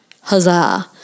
huzzah